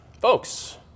folks